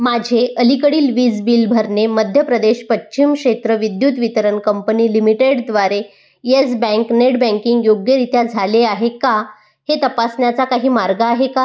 माझे अलीकडील वीज बिल भरणे मध्य प्रदेश पश्चिम क्षेत्र विद्युत वितरण कंपनी लिमिटेडद्वारे यस बँक नेट बँकिंग योग्यरित्या झाले आहे का हे तपासण्याचा काही मार्ग आहे का